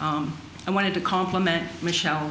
i wanted to compliment michelle